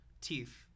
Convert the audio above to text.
Teeth